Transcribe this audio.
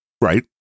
Right